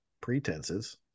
pretenses